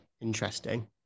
Interesting